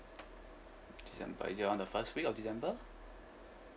december is it on the first week of december